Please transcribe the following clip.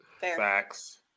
Facts